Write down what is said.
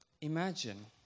imagine